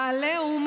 העליהום